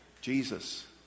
Jesus